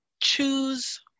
choose